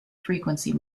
frequency